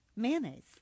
mayonnaise